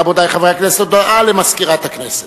רבותי חברי הכנסת, הודעה למזכירת הכנסת.